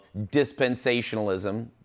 dispensationalism